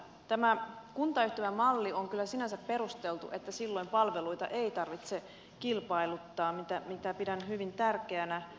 tämä kuntayhtymämalli on kyllä sinänsä perusteltu että silloin palveluita ei tarvitse kilpailuttaa mitä pidän hyvin tärkeänä